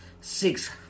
six